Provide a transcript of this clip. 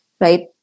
Right